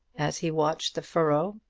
as he watched the furrow,